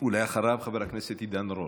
אחריו, חבר הכנסת עידן רול.